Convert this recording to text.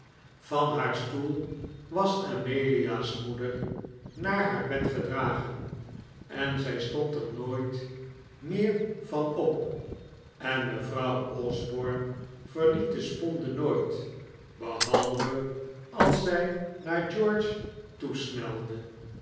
van haar stoel was amelia's moeder naar haar bed gedragen en zij stond er nooit meer van op en mevrouw osborne verliet de sponde nooit behalve als zij naar george toesnelde